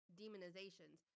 demonizations